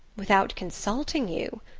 without consulting you?